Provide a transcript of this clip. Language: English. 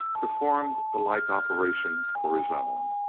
performed the like operation for his own.